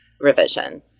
revision